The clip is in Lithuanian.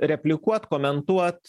replikuot komentuot